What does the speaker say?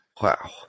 Wow